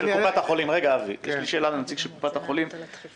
מה שאתם מבקשים פה זה להשוות תנאים למה שקורה בקופות אחרות.